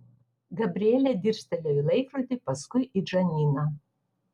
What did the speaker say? gabrielė dirstelėjo į laikrodį paskui į džaniną